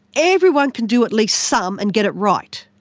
everyone can do at least some and get it right.